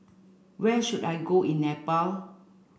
where should I go in Nepal